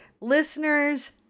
listeners